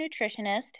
nutritionist